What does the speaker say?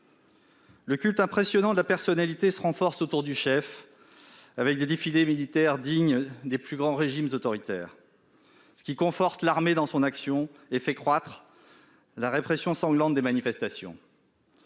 Un culte impressionnant de la personnalité se renforce autour du chef, avec des défilés militaires dignes des plus grands régimes autoritaires, ce qui conforte l'armée dans son action et fait croître la répression sanglante des manifestations.